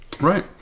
Right